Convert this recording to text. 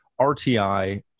RTI